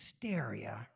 hysteria